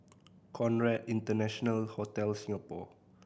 Conrad International Hotel Singapore